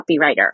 copywriter